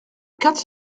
quatre